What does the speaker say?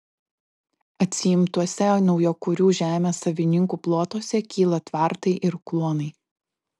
atsiimtuose naujakurių žemės savininkų plotuose kyla tvartai ir kluonai